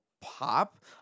pop